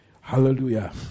Hallelujah